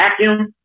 vacuum